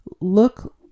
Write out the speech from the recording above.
look